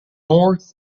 north